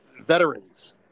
veterans